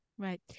Right